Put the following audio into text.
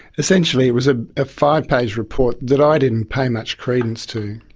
essentially it was a ah five-page report that i didn't pay much credence to.